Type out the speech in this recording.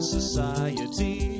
Society